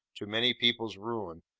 to many people's ruin.